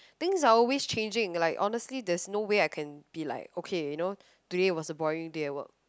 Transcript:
things are always changing there are like honestly there's no way I can be like okay you know today is a boring day at work